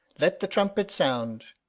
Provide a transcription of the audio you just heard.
let the trumpet sound,